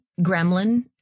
gremlin